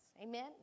amen